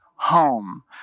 home